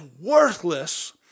worthless